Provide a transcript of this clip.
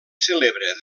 celebra